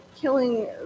killing